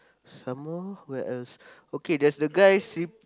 some more where else okay there's the guy sleep